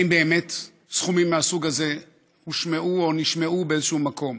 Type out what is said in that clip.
האם באמת סכומים מהסוג הזה הושמעו או נשמעו באיזשהו מקום?